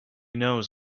knows